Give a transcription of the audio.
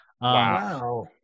Wow